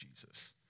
Jesus